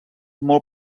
molt